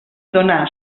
donà